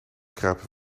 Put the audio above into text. kruipen